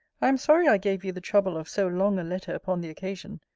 i am sorry i gave you the trouble of so long a letter upon the occasion,